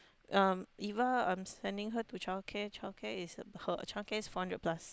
um Eva um sending her to child care child care is about child care is four hundred plus